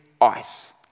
ice